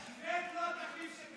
איווט הוא לא התחליף של גנץ,